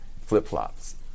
flip-flops